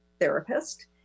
therapist